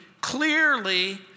clearly